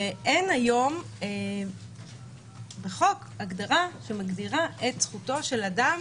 ואין היום בחוק הגדרה שמגדירה את זכותו של אדם